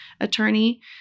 attorney